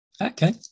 Okay